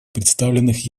представленных